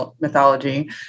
mythology